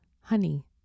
honey